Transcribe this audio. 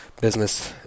business